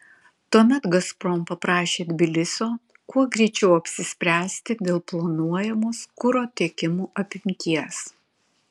tuomet gazprom paprašė tbilisio kuo greičiau apsispręsti dėl planuojamos kuro tiekimų apimties